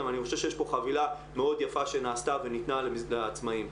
אני חושב שיש פה חבילה מאוד יפה שנעשתה וניתנה לעצמאים.